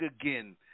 again